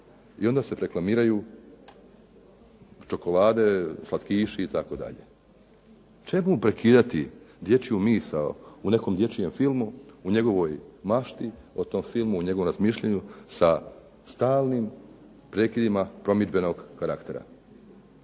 i onda se reklamiraju čokolade, slatkiši itd. Čemu prekidati dječju misao u nekom dječjem filmu, u njegovoj mašti o tom filmu, u njegovom razmišljanju sa stalnim prekidima promidžbenog karaktera?